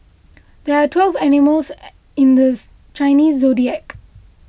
there are twelve animals in the Chinese zodiac